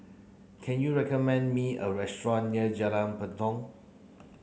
can you recommend me a restaurant near Jalan Tepong